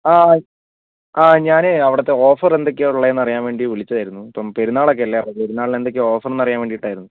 hi ആ ഞാനെ അവിടുത്തെ ഓഫർ എന്തൊക്കെയാ ഉള്ളത് എന്ന് അറിയാൻ വേണ്ടി വിളിച്ചതായിരുന്നു ഇപ്പം പെരുന്നാളൊക്കെയല്ലേ പെരുന്നാളിന് എന്തൊക്കെയാ ഓഫർ എന്നറിയാൻ വേണ്ടിയിട്ട് ആയിരുന്നു